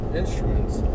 instruments